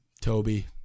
Toby